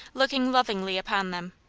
looking lovingly upon them.